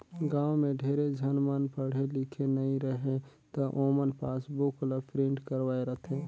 गाँव में ढेरे झन मन पढ़े लिखे नई रहें त ओमन पासबुक ल प्रिंट करवाये रथें